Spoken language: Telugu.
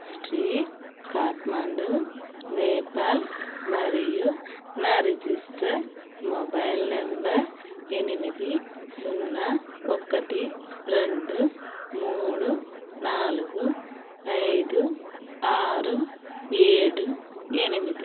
స్ట్రీట్ ఖాట్మాండు నేపాల్ మరియు నా రిజిస్టర్ మొబైల్ నెంబర్ ఎనిమిది సున్నా ఒకటి రెండు మూడు నాలుగు ఐదు ఆరు ఏడు ఎనిమిది